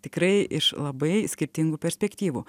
tikrai iš labai skirtingų perspektyvų